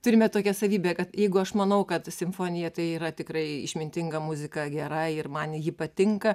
turime tokią savybę kad jeigu aš manau kad simfonija tai yra tikrai išmintinga muzika gera ir man ji patinka